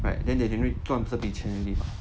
but then they didn't really 赚这笔钱 already mah